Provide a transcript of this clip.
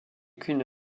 qu’une